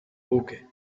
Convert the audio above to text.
buque